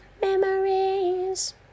memories